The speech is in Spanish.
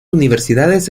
universidades